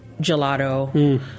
gelato